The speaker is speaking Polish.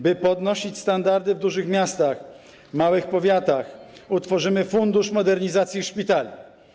By podnosić standardy w dużych miastach, w małych powiatach, utworzymy Fundusz Modernizacji Szpitali.